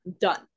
done